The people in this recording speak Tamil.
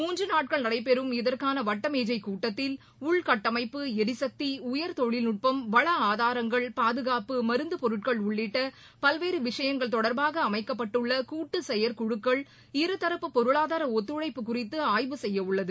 மூன்று நாட்கள் நடைபெறும் இதற்கான வட்டமேசை கூட்டத்தில் உள்கட்டமைப்பு எரிசக்தி உயர் தொழில்நட்பம் வள ஆதாரங்கள் பாதுகாப்பு மருந்து பொருட்கள் உள்ளிட்ட பல்வேறு விஷயங்கள் தொடர்பாக அமைக்கப்பட்டுள்ள கூட்டு செயற்குழுக்கள் இருதரப்பு பொருளாதார ஒத்துழைப்பு குறித்து ஆய்வு செய்யவுள்ளது